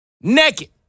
Naked